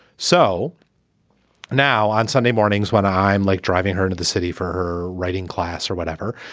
so now on sunday mornings, when i'm like driving her to the city for her writing class or whatever,